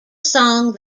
song